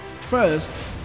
first